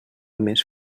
més